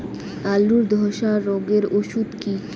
আলুর ধসা রোগের ওষুধ কি?